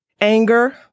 anger